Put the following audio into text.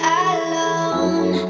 alone